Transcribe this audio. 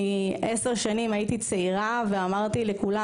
אני עשר שנים הייתי צעירה ואמרתי לכולם,